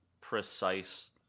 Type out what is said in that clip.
precise